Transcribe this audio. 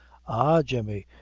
ah! jemmy,